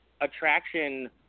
attraction